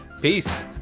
Peace